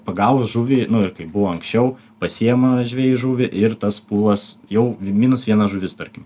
pagavus žuvį ir kaip buvo anksčiau pasiima žvejai žuvį ir tas pūlas jau minus viena žuvis tarkim